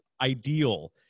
ideal